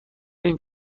این